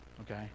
okay